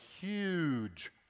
huge